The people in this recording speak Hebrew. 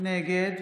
נגד